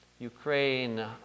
Ukraine